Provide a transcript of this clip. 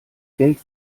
geld